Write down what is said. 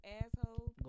asshole